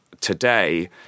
today